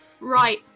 Right